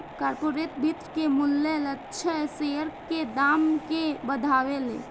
corporate वित्त के मूल्य लक्ष्य शेयर के दाम के बढ़ावेले